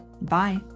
Bye